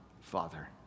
Father